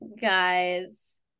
guys